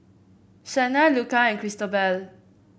Shanna Luca and Cristobal